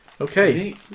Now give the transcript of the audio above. Okay